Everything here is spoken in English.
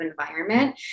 environment